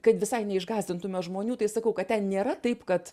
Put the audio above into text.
kad visai neišgąsdintume žmonių tai sakau kad ten nėra taip kad